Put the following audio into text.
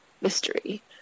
mystery